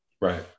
Right